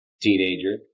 teenager